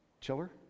chiller